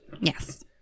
Yes